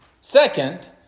Second